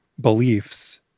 beliefs